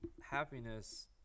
happiness